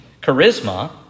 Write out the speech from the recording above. charisma